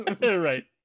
Right